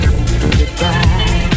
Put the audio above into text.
goodbye